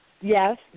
yes